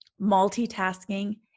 multitasking